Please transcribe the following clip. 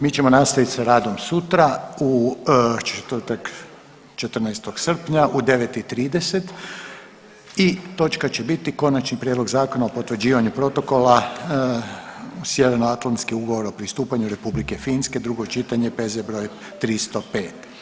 Mi ćemo nastaviti s radom sutra u četvrtak, 14. srpnja u 9 i 30 i točka će biti Konačni prijedlog Zakona o potvrđivanju Protokola uz Sjeveroatlantski ugovor o pristupanju Republike Finske, drugo čitanje, P.Z. br. 103.